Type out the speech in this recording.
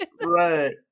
right